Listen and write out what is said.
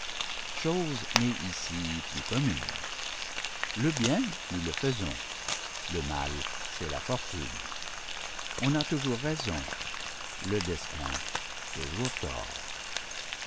chose n'est ici plus commune le bien nous le faisons le mal c'est la fortune on a toujours raison le destin toujours tort